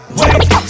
wait